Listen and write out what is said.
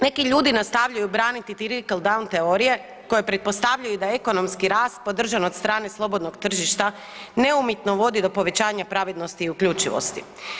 Neki ljudi nastavljaju braniti trickle-down teorije koje pretpostavljaju da je ekonomski rast podržan od strane slobodnog tržišta neumitno povodi do povećanja pravednosti i uključivosti.